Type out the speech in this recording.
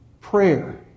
prayer